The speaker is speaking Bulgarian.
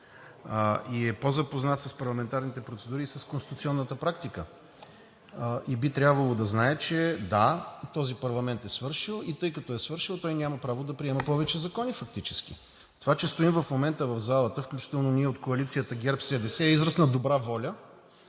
мен, по-запознат е с парламентарните процедури и с конституционната практика и би трябвало да знае, че този парламент е свършил и тъй като е свършил, той няма право да приема фактически повече закони. Това, че стоим в момента в залата, включително и ние от коалицията на ГЕРБ-СДС, е израз на добра воля,